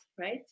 right